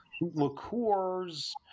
liqueurs